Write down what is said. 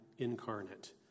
incarnate